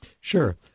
Sure